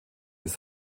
ist